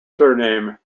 surname